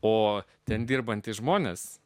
o ten dirbantys žmonės